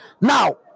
Now